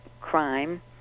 crime